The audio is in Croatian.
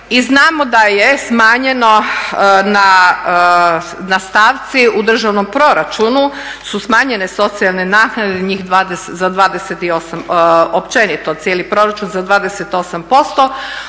I znamo da je smanjeno na stavci u državnom proračunu su smanjene socijalne naknade općenito cijeli proračun za 28%